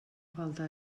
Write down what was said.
falta